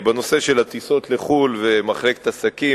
בנושא של הטיסות לחו"ל ומחלקת עסקים,